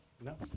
No